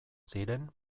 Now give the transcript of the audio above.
ziren